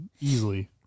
easily